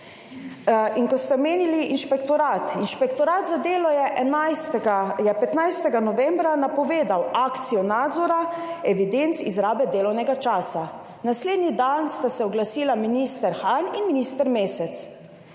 In ko ste omenili inšpektorat, Inšpektorat za delo je 15. novembra napovedal akcijo nadzora evidenc izrabe delovnega časa. Naslednji dan sta se oglasila minister Han in minister Mesec.